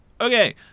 Okay